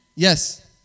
Yes